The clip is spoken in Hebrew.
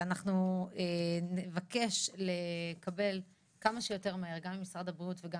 אנחנו נבקש לקבל כמה שיותר מהר גם ממשרד הבריאות וגם